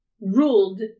ruled